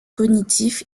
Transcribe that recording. cognitif